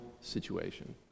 situation